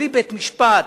בלי בית-משפט,